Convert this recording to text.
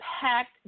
packed